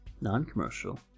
non-commercial